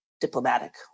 diplomatic